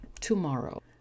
tomorrow